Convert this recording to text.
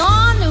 on